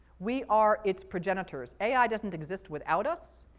we are its progenitors. ai doesn't exist without us.